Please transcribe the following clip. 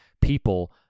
people